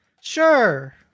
Sure